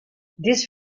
this